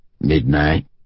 Midnight